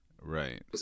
right